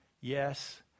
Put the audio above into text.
yes